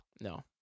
No